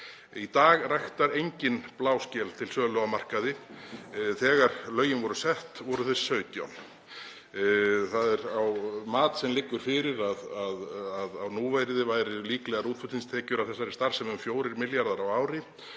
Í dag ræktar enginn bláskel til sölu á markaði en þegar lögin voru sett voru þeir 17. Það er mat sem liggur fyrir um að að núvirði væru líklegar útflutningstekjur af þessari starfsemi um 4 milljarðar á ári